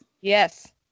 yes